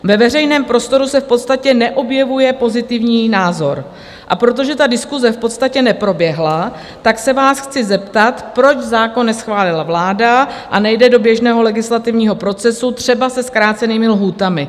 Ve veřejném prostoru se v podstatě neobjevuje pozitivní názor, a protože ta diskuse v podstatě neproběhla, tak se vás chci zeptat, proč zákon neschválila vláda a nejde do běžného legislativního procesu, třeba se zkrácenými lhůtami.